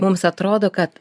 mums atrodo kad